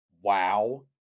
wow